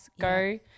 Go